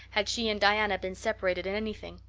had she and diana been separated in anything.